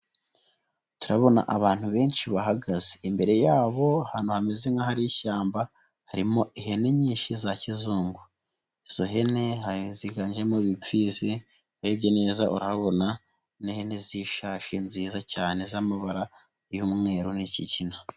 Turabona abantu benshi bahagaze. Imbere yabo ahantu hameze nk'ahari ishyamba harimo ihene nyinshi za kizungu. Izo hene ziganjemo imfizi, urebye neza urahabona n'ihene z'ishashi nziza cyane z'amabara y'umweru niki...